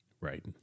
Right